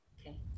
Okay